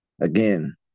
again